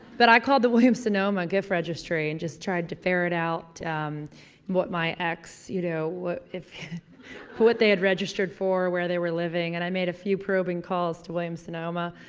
but i called the william sonoma gift registry and just tried to ferret out, um what my ex, you know, what if what they had registered for, where they were living and i made a few probing calls to william sonoma.